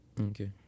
Okay